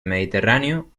mediterráneo